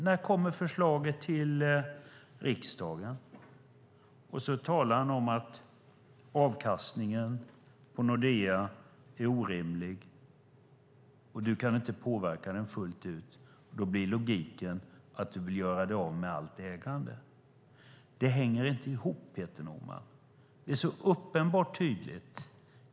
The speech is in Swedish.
När kommer förslaget till riksdagen? Sedan säger han att avkastningskravet för Nordea är orimligt och att han inte kan påverka det fullt ut. Då blir logiken att göra sig av med allt ägande. Det hänger inte ihop, Peter Norman. Det är så uppenbart.